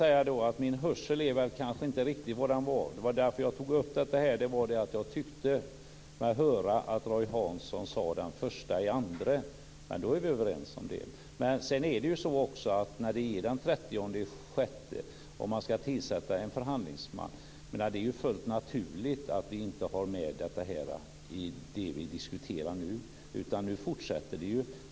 Sedan är min hörsel kanske inte riktigt vad den var. Det var därför som jag tog upp detta. Jag tyckte nämligen att Roy Hansson sade den 1 februari. Men då är vi överens om det. Men när det är den 30 juni och man ska tillsätta en förhandlingsman är det fullt naturligt att vi inte har med detta i det som vi nu diskuterar, utan nu fortsätter vi.